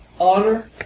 honor